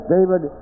David